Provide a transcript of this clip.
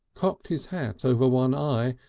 cocked his hat over one eye,